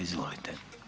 Izvolite.